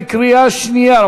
רבותי, בקריאה שנייה.